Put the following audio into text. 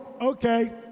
okay